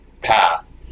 path